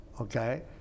okay